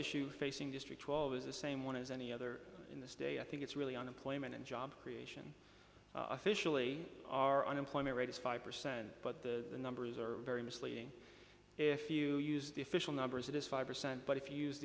issue facing district twelve is the same one as any other in this day i think it's really unemployment and job creation officially our unemployment rate is five percent but the numbers are very misleading if you use the official numbers it is five percent but if you use